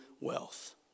wealth